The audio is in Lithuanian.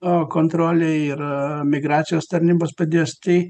o kontrolė ir migracijos tarnybos padės tai